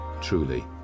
Truly